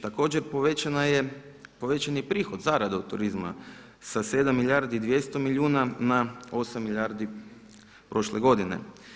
Također povećan je i prihod, zarada od turizma sa 7 milijardi i 200 milijun, na 8 milijardi prošle godine.